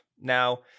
Now